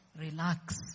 relax